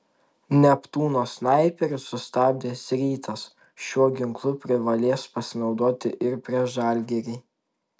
neptūno snaiperius sustabdęs rytas šiuo ginklu privalės pasinaudoti ir prieš žalgirį